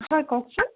হয় কওকচোন